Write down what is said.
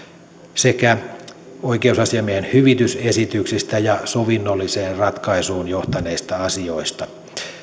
sekä oikeusasiamiehen hyvitysesityksistä ja sovinnolliseen ratkaisuun johtaneista asioista